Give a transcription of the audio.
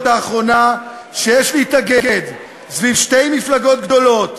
האחרונה שיש להתאגד סביב שתי מפלגות גדולות,